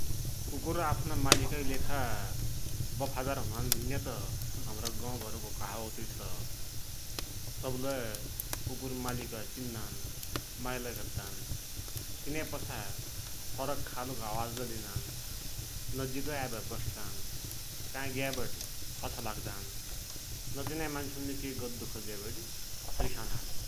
कुकुर आफ्ना मालिककी लेखा बफादार हुनान भुण्या त हमारा गौघरको कहावत छ । तबलै कुकुर मालिकै चिन्नान, मायालै गद्दान, चिन्यापाछा फरक खालको आवाज लै दिनान, नजिकै आइबटि बस्सान, काइ ग्याबटि पाछा लाग्दान, नचिन्या मान्सुनले के गद्दु खोज्याबटे रिसानन ।